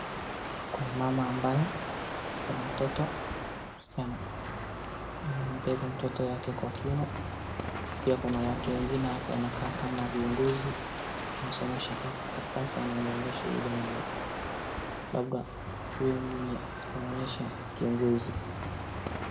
Kuna mama ambaye ako na mtoto msichana, amembeba mtoto wake kwa kiuno, pia kuna watu wengine hapo wanakaa kama viongozi, anasomesha karatasi anamwonyesha huyo mama. Labda huyo mwenye anamwonyesha ni kiongozi.